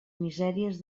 misèries